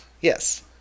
Yes